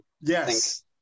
Yes